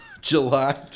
July